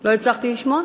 לא הצלחתי לשמוע.